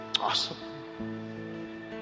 Awesome